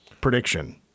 prediction